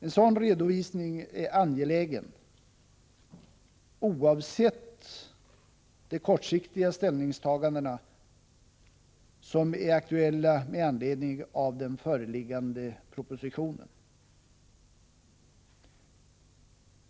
En sådan redovisning är angelägen oavsett de kortsiktiga ställningstaganden som är aktuella med anledning av den föreliggande propositionen.